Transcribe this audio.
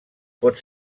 pot